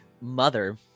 mother